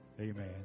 Amen